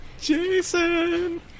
Jason